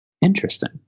Interesting